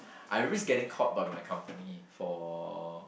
I risk getting caught by my company for